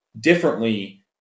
differently